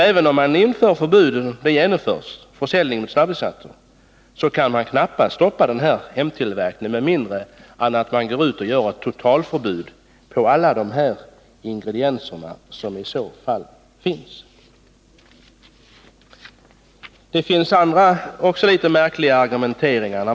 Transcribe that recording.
Även om förbud införs mot försäljning av snabbvinsatser kan vi knappast stoppa hemtillverkningen med mindre vi inför ett totalförbud mot försäljning av alla dessa ingredienser, som ju finns att köpa. Det finns andra litet märkliga argument.